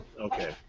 Okay